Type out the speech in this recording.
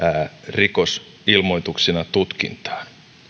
rikosilmoituksina tutkintaan